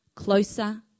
closer